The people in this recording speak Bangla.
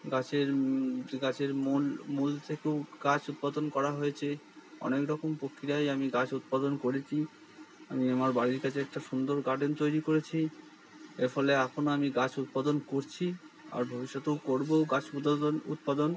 গাছের গাছের মূল মূল থেকেও গাছ উৎপাদন করা হয়েছে অনেক রকম প্রক্রিয়ায়ই আমি গাছ উৎপাদন করেছি আমি আমার বাড়ির কাছে একটা সুন্দর গার্ডেন তৈরি করেছি এর ফলে এখনও আমি গাছ উৎপাদন করছি আর ভবিষ্যতেও করব গাছ পুতোদন উৎপাদন